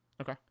Okay